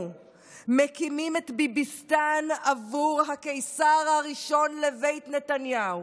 מקימים את ביביסטן בעבור הקיסר הראשון לבית נתניהו.